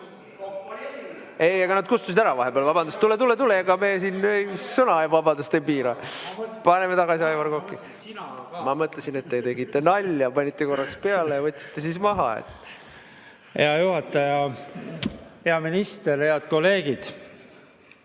Ei, aga nad kustusid vahepeal ära. Vabandust! Tule-tule-tule! Ega me siin sõnavabadust ei piira! Paneme tagasi Aivar Koka. Ma mõtlesin, et te tegite nalja, panite korraks peale ja võtsite siis maha. Hea juhataja! Hea minister! Head kolleegid!